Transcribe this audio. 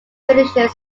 finishes